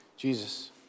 Jesus